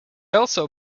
also